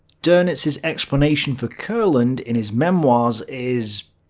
donitz's explanation for courland in his memoirs is,